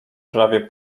prawie